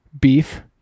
Beef